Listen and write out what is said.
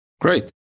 Great